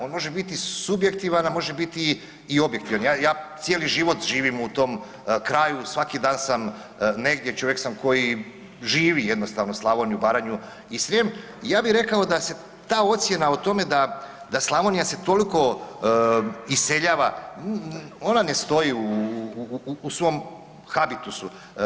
On može biti subjektivan, a može biti i objektivan, ja cijeli život živim u tom kraju svaki dan sam negdje, čovjek sam koji jednostavno živi Slavoniju i Baranju i Srijem i ja bi rekao da ta ocjena o tome da Slavonija se toliko iseljava, ona ne stoji u svom habitusu.